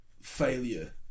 failure